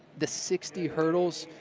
the sixty hurdles,